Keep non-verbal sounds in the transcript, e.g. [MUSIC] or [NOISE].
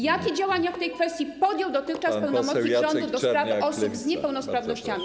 Jakie działania [NOISE] w tej kwestii podjął dotychczas pełnomocnik rządu do spraw osób z niepełnosprawnościami?